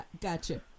Gotcha